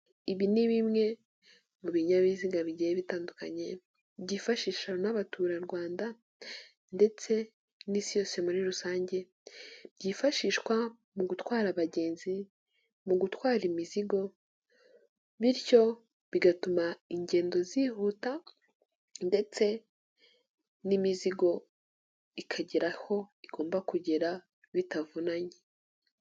Ibi ni bimwe mu binyabiziga bigenda bitandukanye, byifashisha n'abaturarwanda ndetse n'isi yose muri rusange, byifashishwa mu gutwara abagenzi, mu gutwara imizigo, bityo bigatuma ingendo zihuta ndetse n'imizigo ikagera aho igomba kugera bitavunannye.